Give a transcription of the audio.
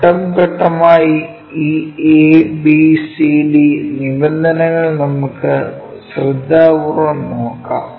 ഘട്ടം ഘട്ടമായി ഈ ABCD നിബന്ധനകൾ നമുക്ക് ശ്രദ്ധാപൂർവ്വം നോക്കാം